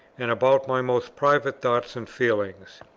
and about my most private thoughts and feelings.